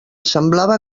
semblava